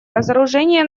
разоружения